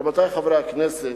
רבותי חברי הכנסת,